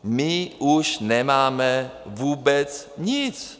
My už nemáme vůbec nic.